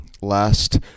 last